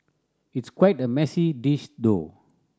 it's quite a messy dish though